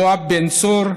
יואב בן צור,